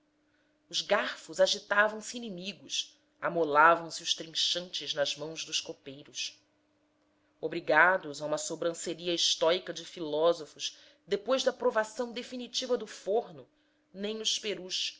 os garfos agitavam-se inimigos amolavam se os trinchantes nas mãos dos copeiros obrigados a uma sobranceria estóica de filósofos depois da provação definitiva do forno nem os perus